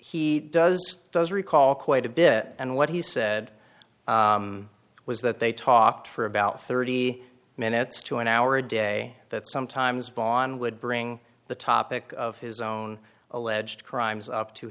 he does does recall quite a bit and what he said was that they talked for about thirty minutes to an hour a day that sometimes vaughn would bring the topic of his own alleged crimes up to